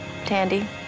Tandy